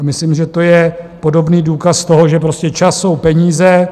Myslím, že to je podobný důkaz toho, že prostě čas jsou peníze.